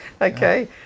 Okay